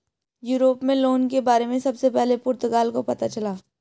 Europe में loan के बारे में सबसे पहले पुर्तगाल को पता चला